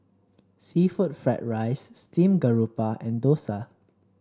seafood Fried Rice Steamed Garoupa and Dosa